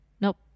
Nope